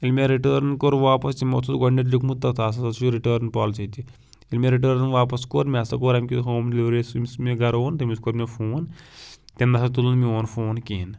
ییٚلہِ مےٚ رِٹٲرن کوٚر واپَس یِمَو اَتھ اوس گۄڈنیتھ لیُکھمُت تَتھ ہسا چھ رِٹٲرن پالسی تہِ ییٚلہِ مےٚ رِٹٲرن واپَس کوٚر مےٚ ہسا کوٚر امۍ کِس ہوم ڈِلوری یَس ییٚمِس مےٚ گرٕ اوٚن تٔمِس کوٚر مےٚ فون تٔمۍ نہٕ حظ تُلُن میون فون کِہِنۍ